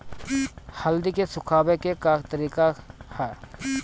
हल्दी के सुखावे के का तरीका ह?